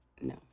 No